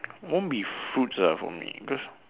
won't be fruits ah for me because